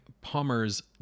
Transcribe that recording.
Palmer's